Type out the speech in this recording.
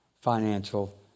financial